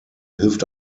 hilft